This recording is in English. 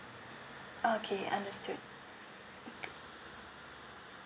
okay understood